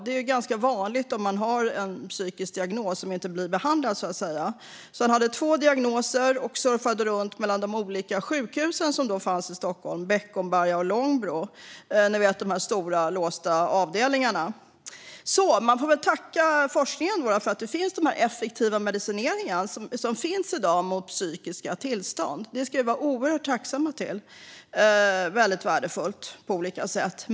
Det är ganska vanligt om man har en psykisk diagnos som inte blir behandlad. Han hade två diagnoser och surfade runt mellan sjukhusen som då fanns i Stockholm, Beckomberga och Långbro - ni vet de här stora, låsta avdelningarna. Man får väl tacka forskningen för att det i dag finns effektiv medicinering mot psykiska tillstånd. Det ska vi vara oerhört tacksamma för. Det är väldigt värdefullt på olika sätt.